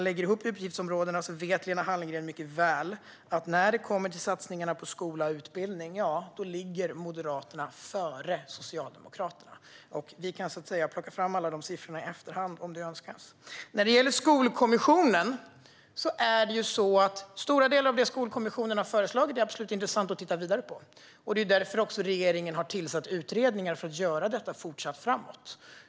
Lena Hallengren vet mycket väl att när det kommer till satsningarna på skola och utbildning ligger Moderaterna före Socialdemokraterna när man lägger ihop utgiftsområdena. Vi kan plocka fram alla siffror i efterhand om det önskas. Stora delar av det som Skolkommissionen har föreslagit är absolut intressant att titta vidare på. Det är också därför regeringen har tillsatt utredningar för att fortsatt göra detta framåt.